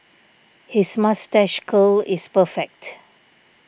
his moustache curl is perfect